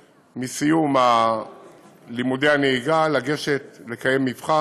מסיום לימודי הנהיגה כל נבחן ונבחנת יוכלו לגשת למבחן,